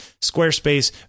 Squarespace